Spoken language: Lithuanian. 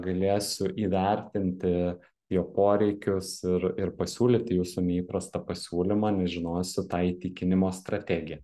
galėsiu įvertinti jo poreikius ir ir pasiūlyti jūsų neįprastą pasiūlymą nes žinosiu tą įtikinimo strategiją